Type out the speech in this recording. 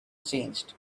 changed